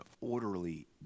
orderly